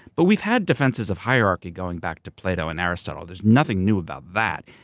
but we've had defenses of hierarchy going back to plato and aristotle. there's nothing new about that.